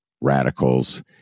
radicals